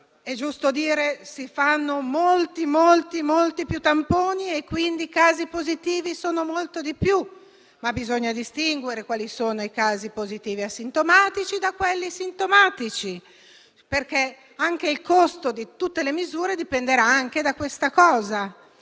aumentano e che si fanno moltissimi più tamponi, quindi i casi positivi sono molti di più; ma bisogna distinguere quali sono i casi positivi asintomatici da quelli sintomatici, perché il costo di tutte le misure dipenderà anche da questo